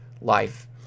life